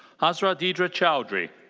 hazra didar chowdhury.